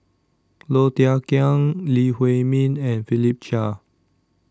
Low Thia Khiang Lee Huei Min and Philip Chia